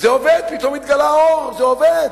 פתאום התגלה האור, זה עובד.